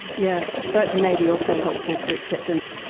yeah, but maybe also helpful for acceptance.